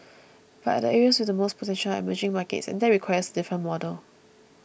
but the areas with the most potential are emerging markets and that requires a different model